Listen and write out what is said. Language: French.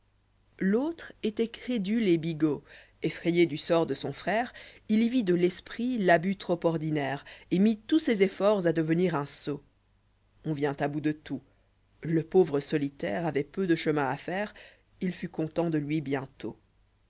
l'autre étoit crédule et bigot effrayé du sort de son frère il y vit de l'esprit l'abus trop ordinaire et mit tous ses efforts à devenir un sot on vient à bout de tout le pauvre solitaire avoit peu de chemin à faire h fut content dé lui bientôt